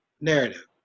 narrative